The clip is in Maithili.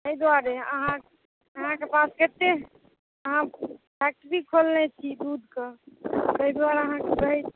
ताहि दुआरे अहाँ अहाँके पास अतेक अहाँ फैकटरी खोलने छी दूधके ताहि दुआरे अहाँके कहै छी